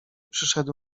przyszedł